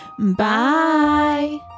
Bye